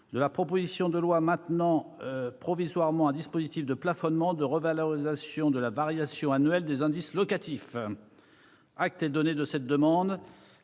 de la proposition de loi maintenant provisoirement un dispositif de plafonnement de revalorisation de la variation annuelle des indices locatifs. Acte est donné de cette demande.